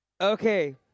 Okay